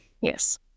Yes